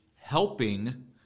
helping